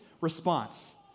response